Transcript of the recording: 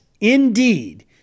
indeed